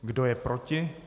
Kdo je proti?